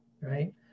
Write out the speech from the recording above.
Right